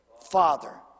father